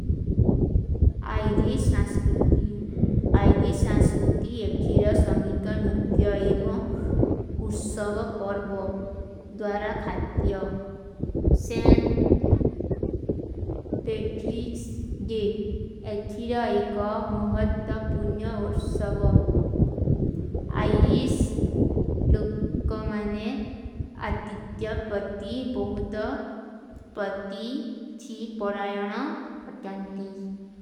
ଆଈରୀଶ ସଂସ୍କୃତି, ଆଈରୀଶ ସଂସ୍କୃତି ଏଖିର ସଂଗୀତ ନୁତ୍ଯା ଏବଂ ଉସ୍ଵବ ପରବୋ ଦ୍ଵାରା ଖାତ୍ଯା। ସେନ୍ଟ ପେଟ୍ରୀକ୍ସ ଦେଖ, ଏଖିର ଏକ ମୁହତ୍ତ ପୁନ୍ଯ ଉସ୍ଵବ। ଆଈରୀଶ ଲୋଗ କୋ ମାନେ ଆତିତ୍ଯା ପତୀ ବୋହୁତ ପତୀ ଥୀ ପଡାଯାନ ଅଧନ୍ତୀ।